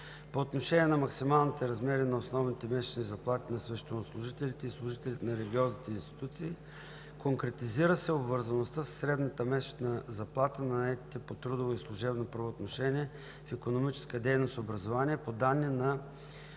по отношение на максималните размери на основните месечни заплати на свещенослужителите и служителите на религиозните институции – конкретизира се обвързаността със средната месечна заплата на наетите лица по трудово и служебно правоотношение в икономическа дейност „Образование“ по данни на